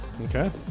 Okay